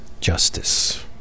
Justice